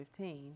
2015